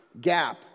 gap